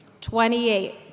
Twenty-eight